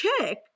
check